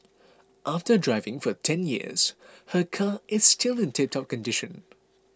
after driving for ten years her car is still in tiptop condition